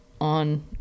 on